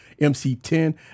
MC10